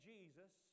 Jesus